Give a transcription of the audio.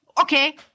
Okay